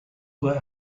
were